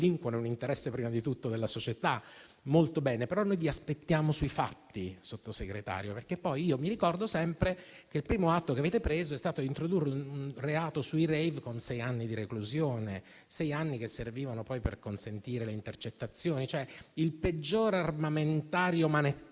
è un interesse prima di tutto della società. Molto bene, ma vi aspettiamo sui fatti, signor Sottosegretario, perché vi ricordo sempre che il primo atto che avete adottato è stato introdurre un reato sui *rave*, con sei anni di reclusione, che servivano per consentire le intercettazioni. Dunque, il peggiore armamentario manettaro